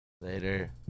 Later